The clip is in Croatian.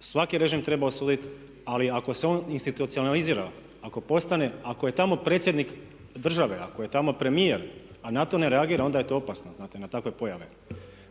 svaki režim treba osuditi, ali ako se on institucionalizira, ako postane, ako je tamo predsjednik države, ako je tamo premijer a na to ne reagira onda je to opasno znate na takve pojave.